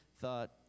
thought